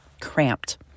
cramped